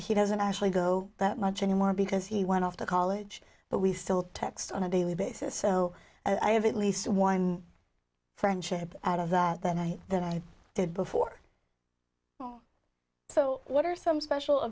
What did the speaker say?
he doesn't actually go that much anymore because he went off to college but we still text on a daily basis so i have at least one friendship out of that that i that i did before so what are some special